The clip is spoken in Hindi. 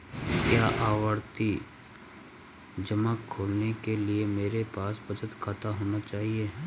क्या आवर्ती जमा खोलने के लिए मेरे पास बचत खाता होना चाहिए?